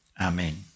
amen